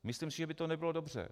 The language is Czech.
Myslím si, že by to nebylo dobře.